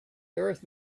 earth